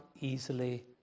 easily